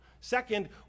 second